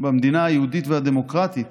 במדינה היהודית והדמוקרטית